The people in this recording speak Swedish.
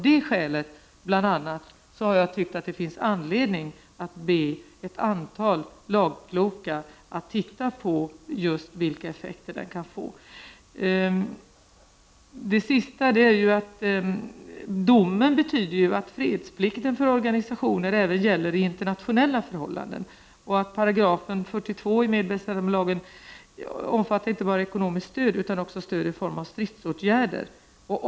Bl.a. av det skälet har jag ansett att det finns anledning att be ett antal lagkloka att titta på just vilka effekter den här domen kan få. Domen betyder ju att fredsplikt för organisationer även gäller internationella förhållanden. 42 § i medbestämmandelagen omfattar inte bara ekonomiskt stöd utan också stöd i form av stridsåtgärder.